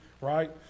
right